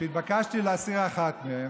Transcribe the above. והתבקשתי להסיר אחת מהן.